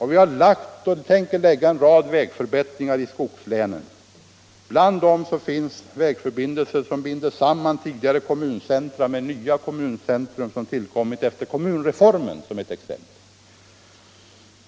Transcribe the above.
Vi har gjort och tänker göra en rad vägförbättringar i skogslänen. Bland dem finns vägförbindelser som binder samman tidigare kommuncentra med nya kommuncentra, som kommit till efter kommunreformen.